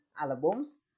albums